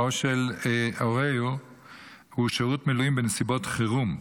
של העובדים או של הורהו הוא שירות מילואים בנסיבות חירום,